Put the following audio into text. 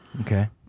okay